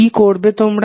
কি করবে তোমরা